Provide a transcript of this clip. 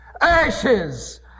Ashes